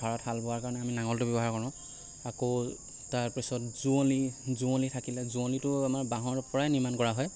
পথাৰত হাল বোৱাৰ কাৰণে আমি নাঙলটো ব্যৱহাৰ কৰোঁ আকৌ তাৰ পিছত যুঁৱলি যুঁৱলি থাকিলে যুঁৱলিটো আমাৰ বাঁহৰ পৰাই নিৰ্মাণ কৰা হয়